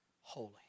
holy